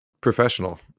professional